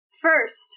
First